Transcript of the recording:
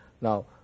Now